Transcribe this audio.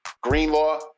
Greenlaw